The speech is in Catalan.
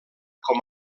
com